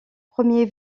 premier